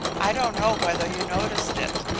i don't know whether you noticed it.